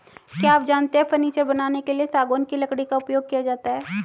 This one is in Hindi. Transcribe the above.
क्या आप जानते है फर्नीचर बनाने के लिए सागौन की लकड़ी का उपयोग किया जाता है